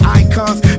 icons